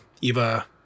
Eva